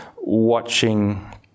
watching